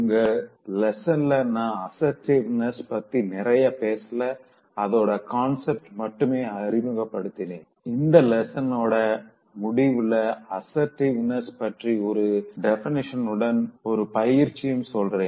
இந்த லெசன்ல நா அசர்ட்டிவ்னெஸ் பத்தி நிறைய பேசல அதோட கான்செப்டட் மட்டும் அறிமுகப்படுத்துறேன் இந்த லெசன் ஓட முடிவுள அசர்ட்டிவ்னெஸ் பற்றி ஒரு டெஃபெனிஷன் உம் ஒரு பயிற்சியும் சொல்றேன்